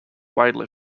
widely